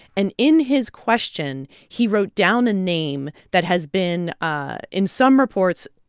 and in his question, he wrote down a name that has been, ah in some reports,